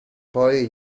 poi